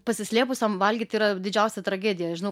pasislėpusiam valgyti yra didžiausia tragedija žinau